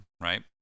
right